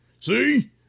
See